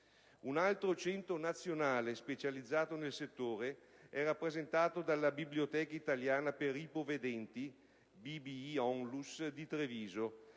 un altro centro nazionale specializzato nel settore è rappresentato dalla Biblioteca Italiana per ipovedenti «B.B.I. Onlus» di Treviso,